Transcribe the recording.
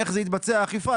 איך תתבצע האכיפה,